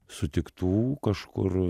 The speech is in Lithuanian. sutiktų kažkur